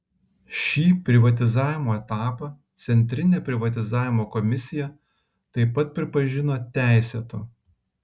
šį privatizavimo etapą centrinė privatizavimo komisija taip pat pripažino teisėtu